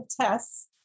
tests